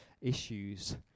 issues